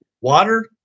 water